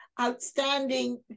outstanding